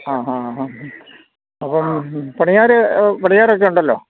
ആ ആാ ആ ഹാ അപ്പം പണിക്കാരൊക്കെ ഉണ്ടല്ലോ